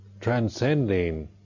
transcending